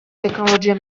tecnologia